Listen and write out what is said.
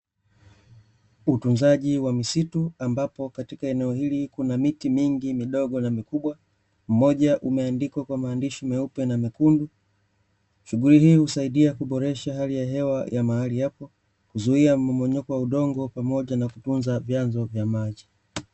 Utunzaji wa misitu ambapo katika eneo hili kuna miti mingi midogo na mikubwa, mmoja umeandikwa kwa maandishi meupe na mekundu. Shughuli hii husaidia kuboresha hali ya hewa ya mahali hapo, kuzuia mmomonyoko wa udongo pamoja na kutunza vyanzo vya maji.